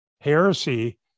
heresy